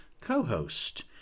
co-host